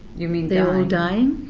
you mean they're all dying?